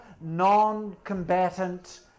non-combatant